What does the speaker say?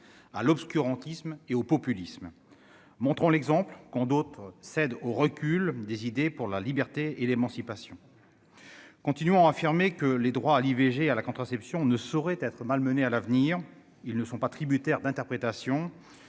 à l'obscurantisme et au populisme montrons l'exemple d'autres cède au recul des idées pour la liberté et l'émancipation continuons affirmé que les droits à l'IVG à la contraception ne saurait être malmené à l'avenir, ils ne sont pas tributaires d'interprétation,